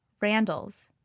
Randall's